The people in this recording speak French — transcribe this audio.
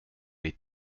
les